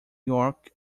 york